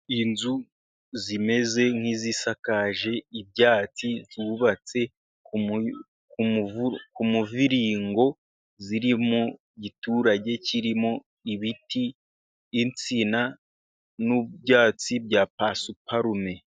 Inzu zimeze nk'izisakaje ibyatsi zubatse muvirigo ziri mu giturage kirimo ibiti, insina n'ubyatsi bya pasiparumu